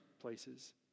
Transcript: places